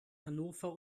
hannover